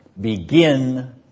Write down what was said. begin